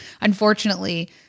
unfortunately